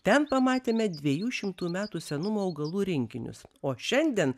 ten pamatėme dviejų šimtų metų senumo augalų rinkinius o šiandien